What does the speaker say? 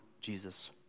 Jesus